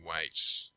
wait